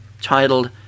titled